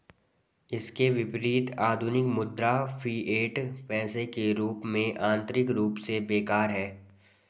इसके विपरीत, आधुनिक मुद्रा, फिएट पैसे के रूप में, आंतरिक रूप से बेकार है